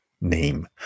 name